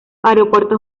aeropuertos